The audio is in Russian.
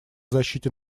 защите